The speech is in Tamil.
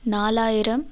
நாலாயிரம்